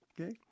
okay